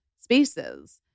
spaces